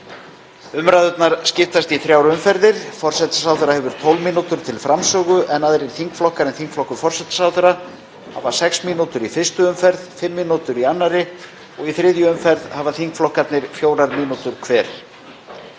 Umræðurnar skiptast í þrjár umferðir. Forsætisráðherra hefur 12 mínútur til framsögu en aðrir þingflokkar en þingflokkur forsætisráðherra hafa sex mínútur í fyrstu umferð, fimm mínútur í annarri og í þriðju umferð hafa þingflokkarnir fjórar mínútur hver.